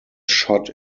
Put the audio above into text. shot